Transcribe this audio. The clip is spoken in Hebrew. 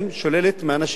הוא יותר בריא נפשית ממך.